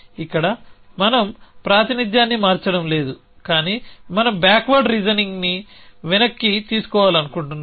ఇక్కడ మనం ప్రాతినిధ్యాన్ని మార్చడం లేదు కానీ మనంబ్యాక్ వర్డ్ రీజనింగ్ను వెనక్కి తీసుకోవాలనుకుంటున్నాము